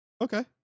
Okay